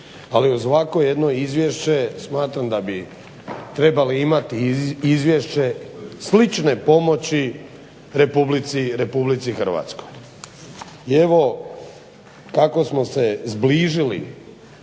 ali uz ovakvo jedno izvješće smatram da bi trebali imati izvješće slične pomoći RH. I evo kako smo se zbližili